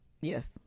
Yes